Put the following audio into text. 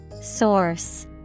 Source